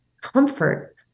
comfort